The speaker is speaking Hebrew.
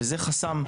וזה חסם,